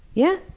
yeah.